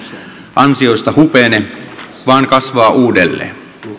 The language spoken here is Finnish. ansiosta hupene vaan kasvaa uudelleen